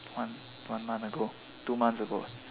one one month ago two months ago